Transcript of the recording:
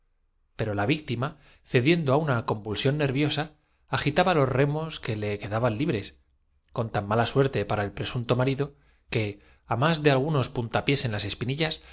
ensartar papeletas nerviosa agitaba los remos que le quedaban libres con tan mala suerte para el presunto marido que á del catálogo más de algunos puntapiés en las espinillas